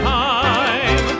time